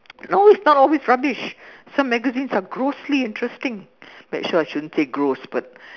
no it's not always rubbish some magazines are grossly interesting but actually I shouldn't say gross but